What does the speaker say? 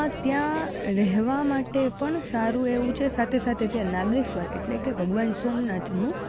ત્યાં રહેવા માટે પણ સારું એવું છે સાથે સાથે ત્યાં નાગેશ્વર એટલે કે ભગવાન સોમનાથનું